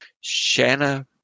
shanna